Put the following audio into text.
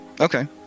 okay